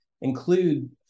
include